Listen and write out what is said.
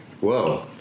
whoa